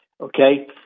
Okay